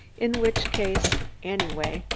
in which case anyway,